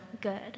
good